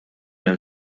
hemm